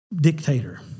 dictator